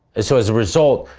and so, as a result,